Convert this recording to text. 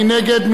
מי נגד?